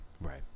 Right